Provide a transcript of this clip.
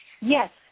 yes